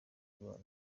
ubuntu